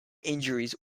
injuries